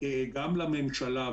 גם לממשלה.